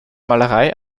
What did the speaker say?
malerei